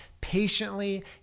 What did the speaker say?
patiently